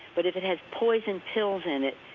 but if it has poison pills in it,